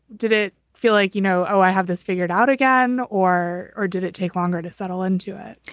did it feel like, you know, oh, i have this figured out again or or did it take longer to settle into it?